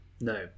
No